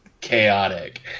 chaotic